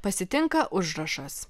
pasitinka užrašas